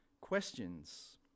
questions